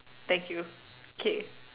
thank you okay